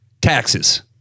taxes